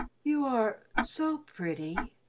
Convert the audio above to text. you are so, pretty,